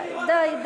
די.